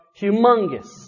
humongous